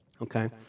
Okay